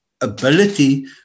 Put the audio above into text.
ability